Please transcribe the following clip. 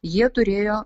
jie turėjo